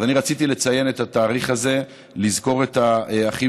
ואני רציתי לציין את התאריך הזה ולזכור את האחים